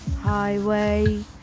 highway